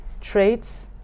traits